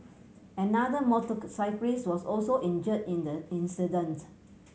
another motorcyclist was also injured in the incident